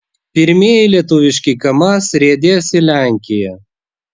pirmieji lietuviški kamaz riedės į lenkiją